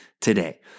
today